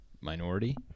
minority